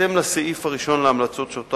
בהתאם לסעיף הראשון להמלצות שהקראתי,